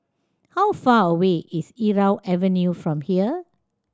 how far away is Irau Avenue from here